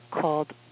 called